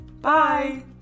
Bye